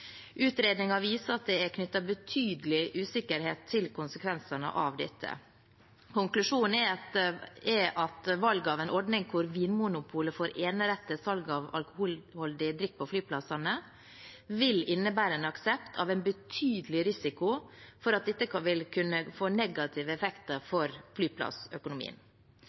Utredningen viser at det er knyttet betydelig usikkerhet til konsekvensene av dette. Konklusjonen er at valget av en ordning hvor Vinmonopolet får enerett til salg av alkoholholdig drikke på flyplassene, vil innebære en aksept av en betydelig risiko for at dette vil kunne få negative effekter for flyplassøkonomien.